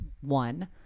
one